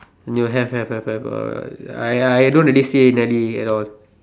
you have have have have uh I I don't really see Nelly at all